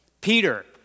Peter